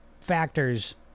factors